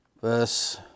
verse